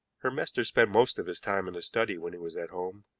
her master spent most of his time in his study when he was at home,